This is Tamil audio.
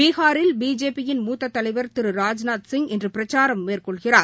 பீகாரில் பிஜேபி யின் மூத்த தலைவர் திரு ராஜ்நாத்சிப் இன்று பிரச்சாரம் மேற்கொள்கிறார்